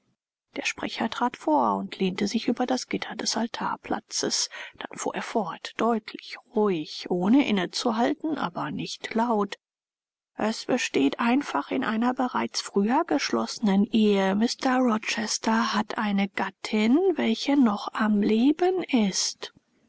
der sprecher trat vor und lehnte sich über das gitter des altarplatzes dann fuhr er fort deutlich ruhig ohne inne zu halten aber nicht laut es besteht einfach in einer bereits früher geschlossnen ehe mr rochester hat eine gattin welche noch am leben ist